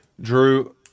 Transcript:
Drew